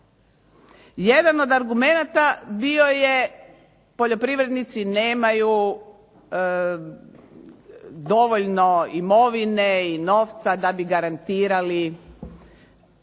Jedan od argumenata bio je poljoprivrednici nemaju dovoljno imovine i novca da bi garantirali